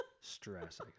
stress